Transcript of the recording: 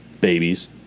babies